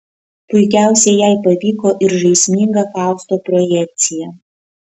puikiausiai jai pavyko ir žaisminga fausto projekcija